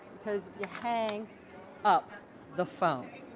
because you hang up the phone.